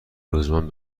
لزوما